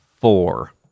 four